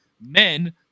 men